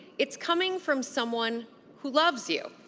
it's coming from someone who loves you.